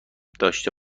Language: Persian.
داشته